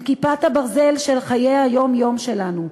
הם כיפת הברזל של חיי היום-יום שלנו.